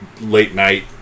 late-night